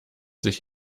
sich